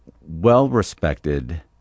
well-respected